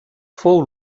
fou